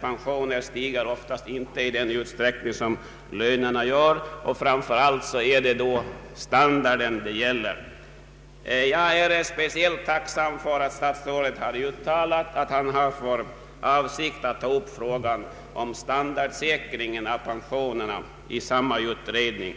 pensionen ökar i de flesta fall inte i takt med lönerna. Jag är särskilt tacksam för att statsrådet har uttalat att han har för avsikt att ta upp frågan om standardsäkring av pensionerna i samma utredning.